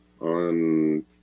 on